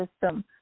system